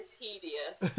tedious